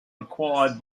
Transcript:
required